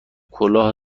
کلاه